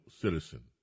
citizen